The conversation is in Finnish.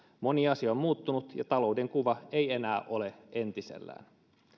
moni asia on muuttunut ja talouden kuva ei enää ole entisellään